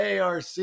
ARC